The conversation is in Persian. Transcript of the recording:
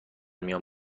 میان